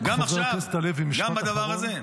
גם בדבר הזה.